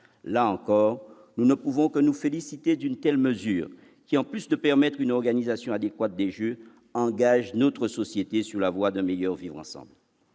Là encore, nous ne pouvons que nous féliciter d'une telle mesure, qui, en plus de permettre une organisation adéquate des jeux, engage notre société sur la voie d'un meilleur vivre ensemble.